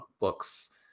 books